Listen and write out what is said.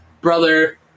brother